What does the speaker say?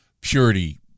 purity